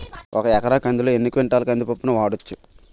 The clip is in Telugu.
ఒక ఎకర కందిలో ఎన్ని క్వింటాల కంది పప్పును వాడచ్చు?